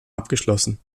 abgeschlossen